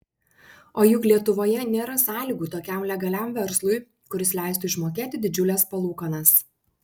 o juk lietuvoje nėra sąlygų tokiam legaliam verslui kuris leistų išmokėti didžiules palūkanas